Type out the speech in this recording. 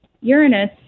Uranus